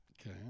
Okay